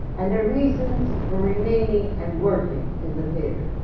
and their reasons for remaining and working in the theatre.